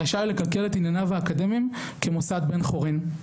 רשאי לכלכל את ענייניו האקדמיים כמוסד בן-חורין.